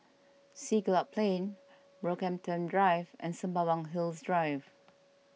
Siglap Plain Brockhampton Drive and Sembawang Hills Drive